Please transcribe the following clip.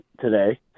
today